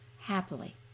happily